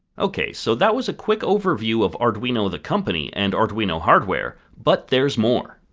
okay, so that was a quick overview of arduino the company, and arduino hardware. but there's more!